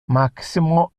maximo